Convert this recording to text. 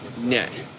net